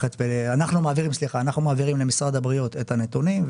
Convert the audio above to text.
אנחנו מעבירים למשרד הבריאות את הנתונים,